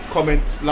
Comments